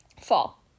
Fall